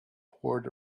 poured